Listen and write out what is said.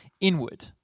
inward